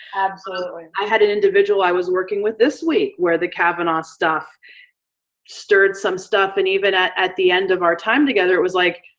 absolutely. i had an individual i was working with this week where the kavanaugh stuff stirred some stuff and even at at the end of our time together it was like,